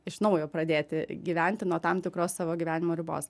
iš naujo pradėti gyventi nuo tam tikros savo gyvenimo ribos